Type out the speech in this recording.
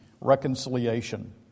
reconciliation